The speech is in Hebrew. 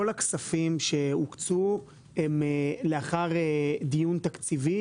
כל הכספים שהוקצו הם לאחר דיון תקציבי